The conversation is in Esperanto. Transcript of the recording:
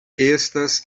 estas